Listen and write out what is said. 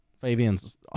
Fabian's